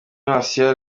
martial